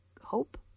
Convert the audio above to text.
hope